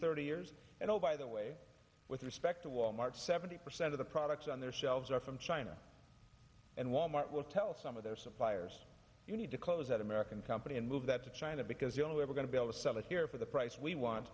thirty years and oh by the way with respect to wal mart seventy percent of the products on their shelves are from china and wal mart will tell some of their suppliers you need to close that american company and move that to china because the only way we're going to be able to sell it here for the price we want